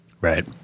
Right